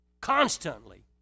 constantly